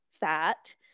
fat